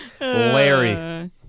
larry